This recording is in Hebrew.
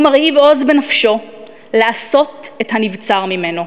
הוא מרהיב עוז בנפשו לעשות את הנבצר ממנו.